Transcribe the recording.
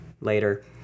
later